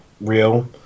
real